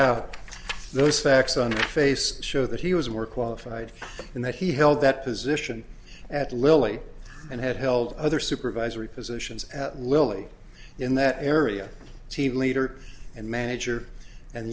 out those facts on the face show that he was more qualified and that he held that position at lilly and had held other supervisory positions at lilly in that area t v leader and manager and